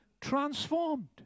transformed